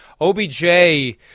OBJ